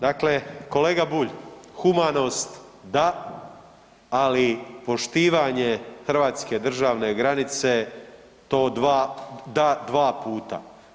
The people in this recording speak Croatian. Dakle, kolega Bulj, humanost da, ali poštivanje hrvatske državne granice to da dva puta.